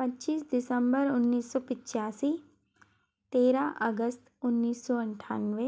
पच्चीस दिसम्बर उन्नीस सौ पिच्चासी तेरह अगस्त उन्नीस सौ अठानवे